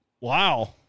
Wow